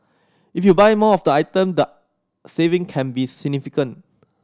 if you buy more of item the saving can be significant